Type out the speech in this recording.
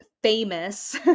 famous